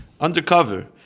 undercover